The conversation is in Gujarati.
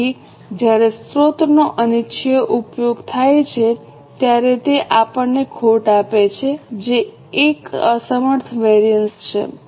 તેથી જ્યારે સ્રોતનો અનિચ્છનીય ઉપયોગ થાય છે ત્યારે તે આપણને ખોટ આપે છે જે એક અસમર્થતા વેરિએન્સ છે